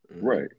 Right